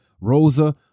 Rosa